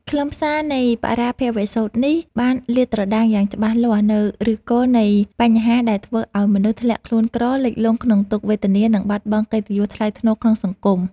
ខ្លឹមសារនៃបរាភវសូត្រនេះ បានលាតត្រដាងយ៉ាងច្បាស់លាស់នូវឫសគល់នៃបញ្ហាដែលធ្វើឱ្យមនុស្សធ្លាក់ខ្លួនក្រ លិចលង់ក្នុងទុក្ខវេទនា និងបាត់បង់កិត្តិយសថ្លៃថ្នូរក្នុងសង្គម។